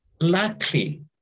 Luckily